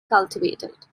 cultivated